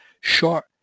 Short